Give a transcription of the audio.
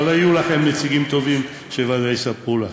אבל היו לכם נציגים טובים שוודאי יספרו לכם.